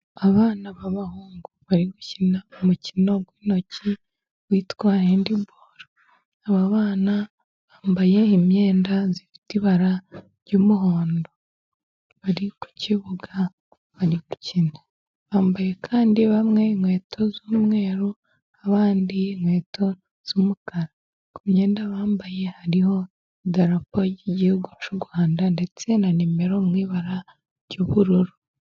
Abana b'abahungu bari gukina umukino w'intoki witwa hendiboro. Aba bana bambaye imyenda zifite ibara ry'umuhondo bari ku kibuga bari gukina bambaye kandi bamwe inkweto z'umweru abandi inkweto z'umukara, ku myenda bambaye hariho idarapo ry'igihugu c'u Rwanda ndetse na numero mubara ry'ubururu.